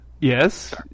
Yes